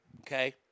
okay